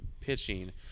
pitching